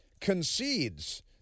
concedes